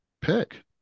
pick